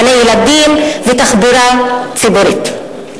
גני-ילדים ותחבורה ציבורית.